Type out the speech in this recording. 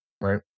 right